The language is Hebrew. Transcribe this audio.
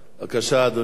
בבקשה, אדוני,